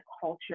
culture